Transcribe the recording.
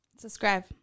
Subscribe